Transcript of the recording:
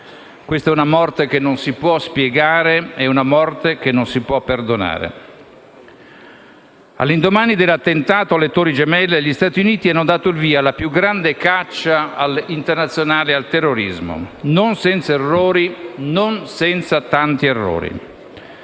questa è una morte che non si può spiegare, è una morte che non si può perdonare. All'indomani dell'attentato alle torri gemelle, gli Stati Uniti hanno dato il via alla più grande caccia internazionale al terrorismo, non senza errori, non senza tanti errori.